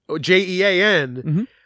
j-e-a-n